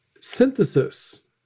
synthesis